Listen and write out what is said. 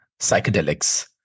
psychedelics